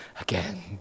again